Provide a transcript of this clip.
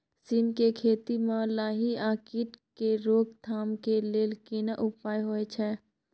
सीम के खेती म लाही आ कीट के रोक थाम के लेल केना उपाय होय छै?